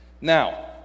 Now